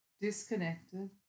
disconnected